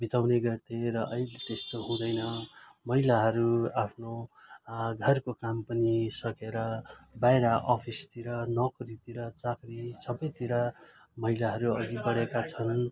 बिताउने गर्थे र अहिले त्यस्तो हुँदैन महिलाहरू आफ्नो घरको काम पनि सकेर बाहिर अफिसतिर नोकरीतिर चाकरी सबैतिर महिलाहरू अघि बढेका छन्